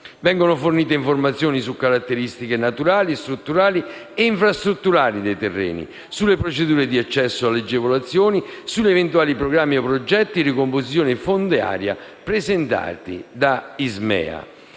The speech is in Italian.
Vengono fornite informazioni su caratteristiche naturali, strutturali e infrastrutturali dei terreni, sulle procedure di accesso alle agevolazioni, sugli eventuali programmi e progetti di ricomposizione fondiaria presentati da ISMEA.